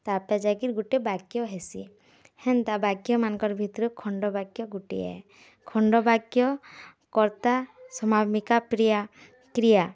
ତାପରେ ଯାଇକରି ଗୁଟେ ବାକ୍ୟ ହେସି ହେନ୍ତା ବାକ୍ୟମାନଙ୍କ୍ର ଭିତ୍ରୁ ଖଣ୍ଡବାକ୍ୟ ଗୋଟିଏ ଖଣ୍ଡବାକ୍ୟ କର୍ତ୍ତା ସମାପିକା ପ୍ରିୟା କ୍ରିୟା